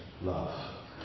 love